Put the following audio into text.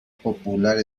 popular